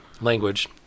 language